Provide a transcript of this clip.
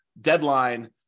deadline